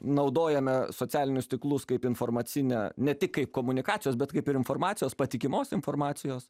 naudojame socialinius tinklus kaip informacinę ne tik kaip komunikacijos bet kaip ir informacijos patikimos informacijos